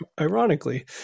ironically